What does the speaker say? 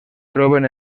troben